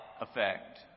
effect